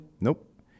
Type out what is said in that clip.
Nope